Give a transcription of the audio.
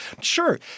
sure